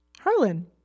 Harlan